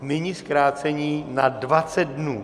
Nyní zkrácení na 20 dnů.